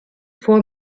for